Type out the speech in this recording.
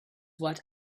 what